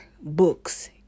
books